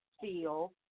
feel